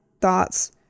thoughts